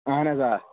اَہَن حظ آ